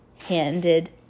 Handed